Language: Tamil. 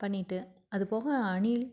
பண்ணிட்டு அது போக அணில்